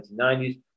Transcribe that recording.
1990s